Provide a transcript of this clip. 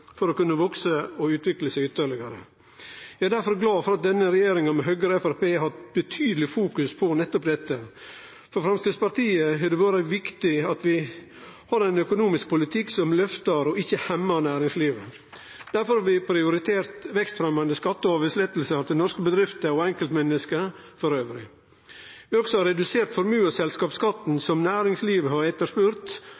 for å kunne vekse og utvikle seg ytterlegare. Eg er difor glad for at denne regjeringa, med Høgre og Framstegspartiet, har hatt betydeleg fokus på nettopp dette. For Framstegspartiet har det vore viktig at vi har ein økonomisk politikk som løftar og ikkje hemjar næringslivet. Difor har vi prioritert vekstfremjande skatte- og avgiftslettar til norske bedrifter og enkeltmenneske elles. Vi har også redusert